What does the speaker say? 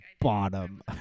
bottom